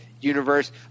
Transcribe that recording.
universe